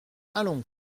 allons